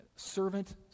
servant